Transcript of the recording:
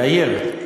יאיר?